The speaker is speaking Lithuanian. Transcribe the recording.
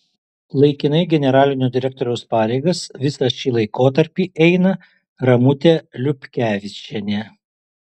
laikinai generalinio direktoriaus pareigas visą šį laikotarpį eina ramutė liupkevičienė